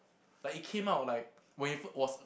like it came out like when it was